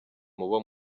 mubo